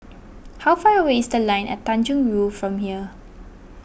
how far away is the Line At Tanjong Rhu from here